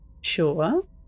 Sure